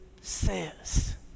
says